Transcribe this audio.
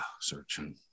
searching